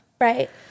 Right